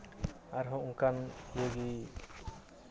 ᱟᱨᱦᱚᱸ ᱚᱱᱠᱟᱱ ᱤᱭᱟᱹ ᱜᱮ